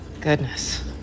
Goodness